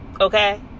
okay